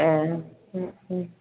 ए उम उम